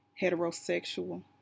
Heterosexual